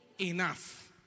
enough